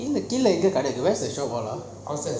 கீழ எங்க காட இருக்கு:keela enga kaada iruku where's the shop lah